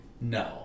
No